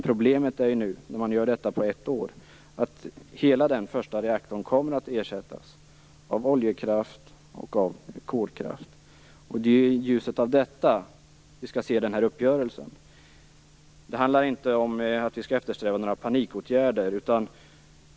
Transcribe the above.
Problemet är ju att när vi gör detta på ett år kommer hela den första reaktorn att ersättas av oljekraft och kolkraft. Det är i ljuset av detta vi skall se uppgörelsen. Det handlar inte om att vi skall eftersträva några panikåtgärder.